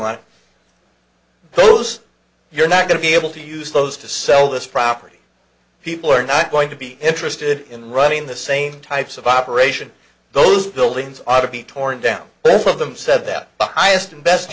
on those you're not going to be able to use those to sell this property people are not going to be interested in running the same types of operation those buildings are to be torn down both of them said that the highest and best